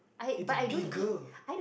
it's bigger